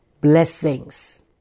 blessings